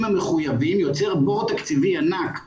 המחויבים יוצר בור תקציבי ענק למשרדים.